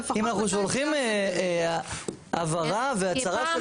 אם אנחנו נותנים הצהרה והבהרה?